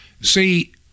See